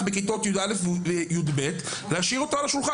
על כיתות יא׳ ו - יב׳ ולהשאיר אותו על השולחן?